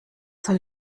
soll